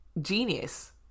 genius